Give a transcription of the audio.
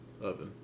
oven